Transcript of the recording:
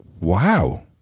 wow